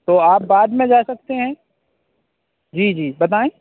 تو آپ بعد میں جا سکتے ہیں جی جی بتائیں